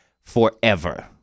forever